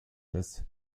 des